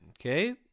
Okay